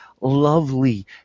lovely